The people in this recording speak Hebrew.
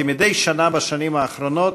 כמדי שנה בשנים האחרונות,